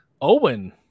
Owen